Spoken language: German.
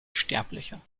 sterblicher